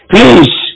Please